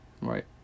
Right